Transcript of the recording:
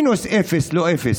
מינוס אפס, לא אפס,